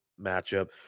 matchup